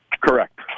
Correct